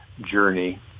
journey